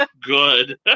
Good